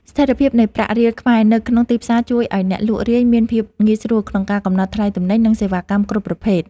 ស្ថិរភាពនៃប្រាក់រៀលខ្មែរនៅក្នុងទីផ្សារជួយឱ្យអ្នកលក់រាយមានភាពងាយស្រួលក្នុងការកំណត់ថ្លៃទំនិញ និងសេវាកម្មគ្រប់ប្រភេទ។